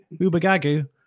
Ubagagu